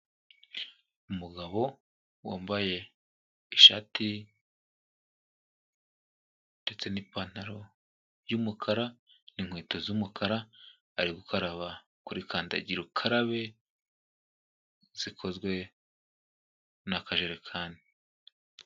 Umugabo wambaye ishati ndetse n'ipantaro y'umukara n'inkweto z'umukara, ari gukaraba kuri kandagira ukarabe zikozwe n'akajerekani.